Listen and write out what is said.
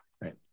Right